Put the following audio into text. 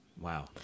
Wow